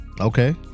okay